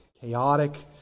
chaotic